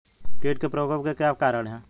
कीट के प्रकोप के क्या कारण हैं?